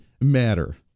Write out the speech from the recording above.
matter